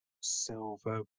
silver